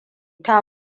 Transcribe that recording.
ta